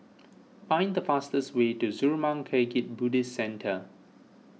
find the fastest way to Zurmang Kagyud Buddhist Centre